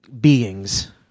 beings